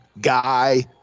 guy